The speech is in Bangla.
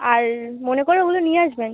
আর মনে করে ওগুলো নিয়ে আসবেন